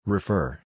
Refer